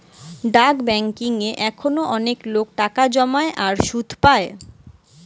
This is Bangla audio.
ডাক বেংকিং এ এখনো অনেক লোক টাকা জমায় আর সুধ পায়